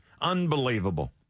Unbelievable